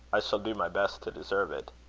i shall do my best to deserve it.